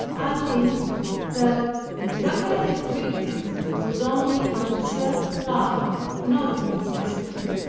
adding that what i had written was only from self-love, not necessity